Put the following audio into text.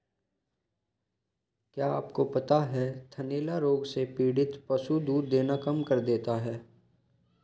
क्या आपको पता है थनैला रोग से पीड़ित पशु दूध देना कम कर देता है?